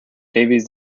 davies